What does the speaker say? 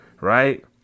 right